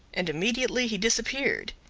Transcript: and immediately he disappeared.